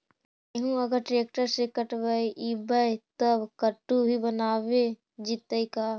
गेहूं अगर ट्रैक्टर से कटबइबै तब कटु भी बनाबे जितै का?